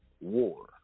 war